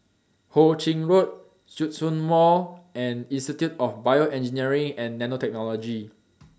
Ho Ching Road Djitsun Mall and Institute of Bioengineering and Nanotechnology